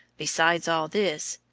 besides all this,